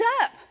up